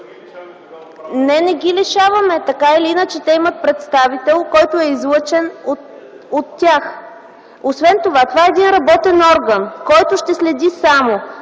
Не, не ги лишаваме. Така или иначе те имат представител, който е излъчен от тях. Освен това, това е един работен орган, който ще следи само